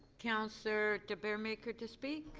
counselor de baeremaeker to speak?